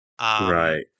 right